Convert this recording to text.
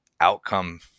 outcome